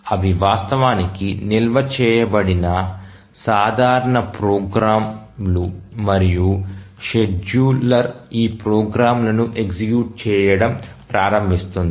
ఇవి వాస్తవానికి నిల్వ చేయబడిన సాధారణ ప్రోగ్రామ్లు మరియు షెడ్యూలర్ ఈ ప్రోగ్రామ్లను ఎగ్జిక్యూట్ చేయడం ప్రారంభిస్తుంది